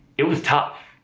it was tough,